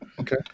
Okay